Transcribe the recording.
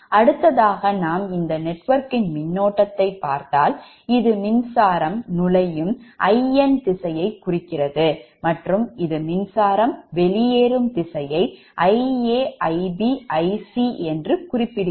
அடுத்ததாக நாம் இந்த நெட்வொர்க்கின் மின்னோட்டத்தை பார்த்தால் இது மின்சாரம் நுழையும் Inதிசையைக் குறிக்கிறது மற்றும் இது மின்சாரம் வெளியேறும் திசையை IaIbIc என்று குறிப்பிடப்படுகிறது